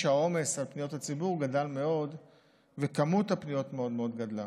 שהעומס של פניות הציבור גדל מאוד ומספר הפניות מאוד מאוד גדל.